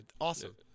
Awesome